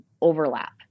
overlap